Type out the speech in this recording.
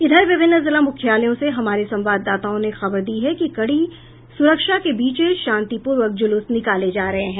इधर विभिन्न जिला मुख्यालयों से हमारे संवाददाताओं ने खबर दी है कि कड़ी सुरक्षा के बीच शांतिपूर्वक जुलूस निकाले जा रहे हैं